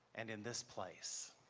and in this place.